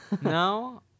No